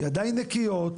ידיי נקיות,